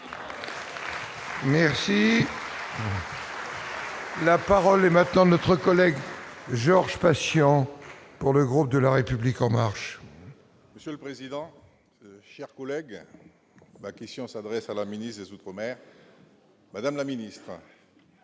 merci. La parole est maintenant notre collègue. Georges Patient pour le gros de la République en marche. Monsieur le président, chers collègues, ma question s'adresse à la ministre des Outre-Mer. Madame la ministre.